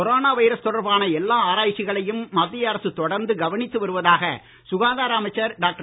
corona virus தொடர்பான எல்லா ஆராய்ச்சிகளையும் மத்திய அரசு தொடர்ந்து கவனித்து வருவதாக சுகாதார அமைச்சர் டாக்டர்